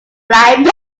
flying